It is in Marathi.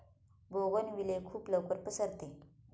बोगनविले खूप लवकर पसरते